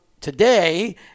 today